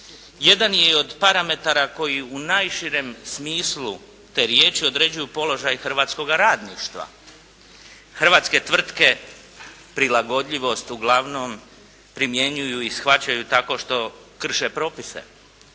jedan je i od parametara koji u najširem smislu te riječi određuju položaj hrvatskoga radništva, hrvatske tvrtke prilagodljivost uglavnom primjenjuju i shvaćaju tako što krše propise